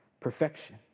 perfection